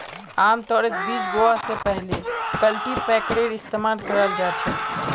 आमतौरत बीज बोवा स पहले कल्टीपैकरेर इस्तमाल कराल जा छेक